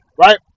Right